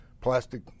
plastic